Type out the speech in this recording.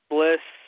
Bliss